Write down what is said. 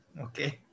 Okay